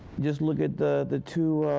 just look at the the two